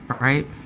right